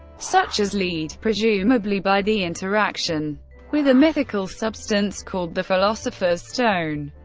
such as lead presumably by the interaction with a mythical substance called the philosopher's stone.